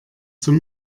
zum